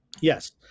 Yes